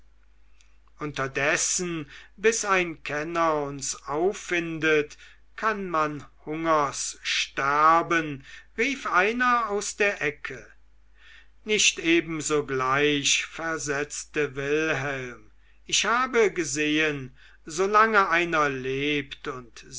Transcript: unterdessen bis ein kenner uns auffindet kann man hungers sterben rief einer aus der ecke nicht eben sogleich versetzte wilhelm ich habe gesehen solange einer lebt und